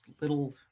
little